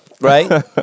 Right